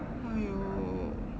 !aiyo!